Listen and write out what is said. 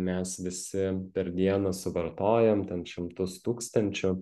mes visi per dieną suvartojam ten šimtus tūkstančių